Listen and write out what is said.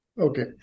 Okay